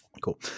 Cool